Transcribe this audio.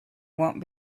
won’t